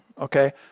okay